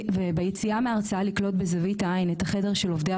וביציאה מההרצאה לקלוט בזווית העין את החדר של עובדי